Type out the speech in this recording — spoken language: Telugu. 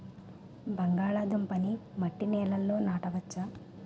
బంగాళదుంప నీ మట్టి నేలల్లో నాట వచ్చా?